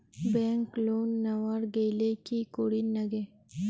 Bank loan নেওয়ার গেইলে কি করীর নাগে?